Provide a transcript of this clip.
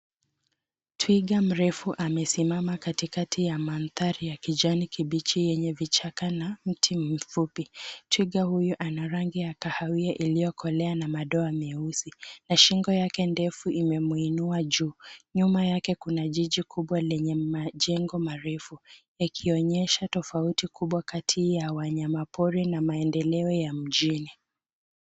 Twiga mrefu amesimama katikati ya mandhari ya kijani kibichi yenye vichaka na mti mifupi. Twiga huyu ana rangi ya kahawia iliyokolea na madoa mesui na shindo yake ndefu imemuunua juu. Nyuma yake kuna jiji kubwa lenye majengo marefu yakionyesha tofauti kubwa kati ya wanyama pori na maendeleo ya mjini.